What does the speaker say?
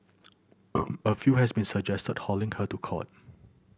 a few has even suggested hauling her to court